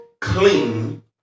clean